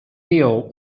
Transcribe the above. nail